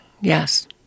Yes